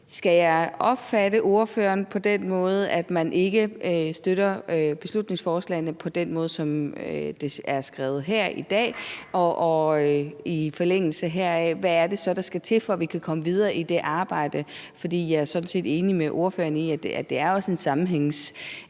Skal jeg opfatte ordføreren på den måde, at man ikke støtter beslutningsforslaget på den måde, som det er skrevet her i dag? Og i forlængelse heraf vil jeg spørge, hvad det så er, der skal til, for at vi kan komme videre i det arbejde. For jeg er sådan set enig med ordføreren i, at det er noget, vi skal tage